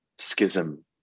Schism